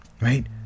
right